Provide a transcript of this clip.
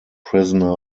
prisoner